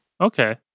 Okay